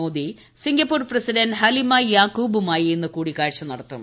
Modi Singapore president Halima യാക്കൂബുമായി ഇന്ന് കൂടിക്കാഴ്ച നടത്തും